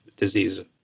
disease